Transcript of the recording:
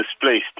Displaced